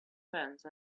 fence